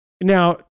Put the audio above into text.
Now